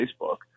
Facebook